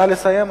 נא לסיים,